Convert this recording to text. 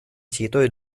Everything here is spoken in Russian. территории